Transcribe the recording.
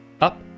up